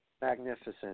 magnificent